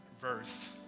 verse